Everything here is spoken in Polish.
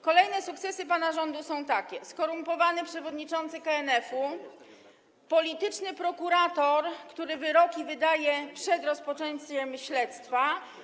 Kolejne sukcesy pana rządu są takie: skorumpowany przewodniczący KNF-u, polityczny prokurator, który wyroki wydaje przed rozpoczęciem śledztwa.